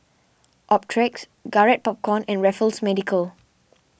Optrex Garrett Popcorn and Raffles Medical